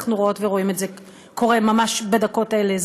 אנחנו רואות ורואים את זה קורה ממש בדקות האלה,